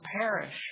perish